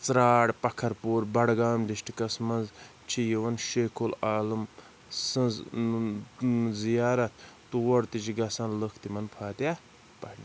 ژرٛار پَکھَرپوٗر بَڈگام ڈِسٹِرٛکَس منٛز چھِ یِوان شیخ العالم سٕنٛز زِیارت تور تہِ چھِ گژھان لُکھ تِمَن فاتحہ پَرنہِ